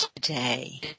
today